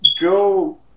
go